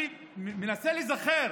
אני מנסה להיזכר